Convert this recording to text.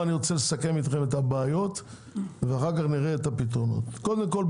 אני רוצה לסכם איתכם את הבעיות ואחר כך נראה את הפתרונות: קודם כול,